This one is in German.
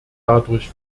dadurch